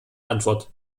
antwort